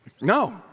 no